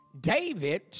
David